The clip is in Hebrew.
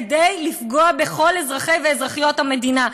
כדי לפגוע בכל אזרחי ואזרחיות המדינה.